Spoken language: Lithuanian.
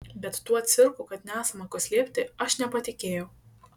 bet tuo cirku kad nesama ko slėpti aš nepatikėjau